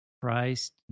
Christ